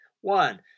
One